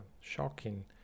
shocking